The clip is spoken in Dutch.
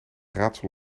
raadsel